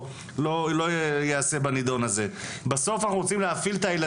אני לא יודע אם אתם יכולים לקבל את זה,